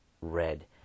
Red